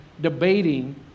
debating